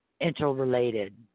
interrelated